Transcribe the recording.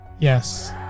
Yes